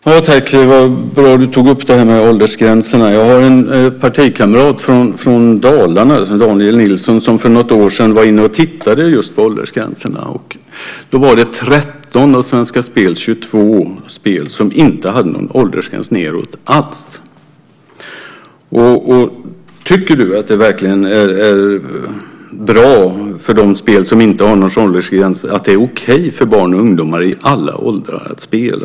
Herr talman! Det var bra att Sven-Erik Österberg tog upp detta med åldersgränserna. Jag har en partikamrat från Dalarna, Daniel Nilsson, som för något år sedan var inne och tittade just på åldersgränserna. Då var det 13 av Svenska Spels 22 spel som inte hade någon åldersgräns nedåt alls. Tycker du verkligen att det är okej att barn och ungdomar i alla åldrar spelar på spel som inte har någon åldersgräns?